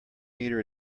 meter